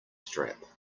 strap